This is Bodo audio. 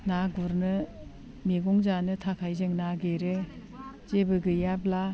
ना गुरनो मैगं जानो थाखाय जों नागिरो जेबो गैयाब्ला